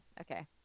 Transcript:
okay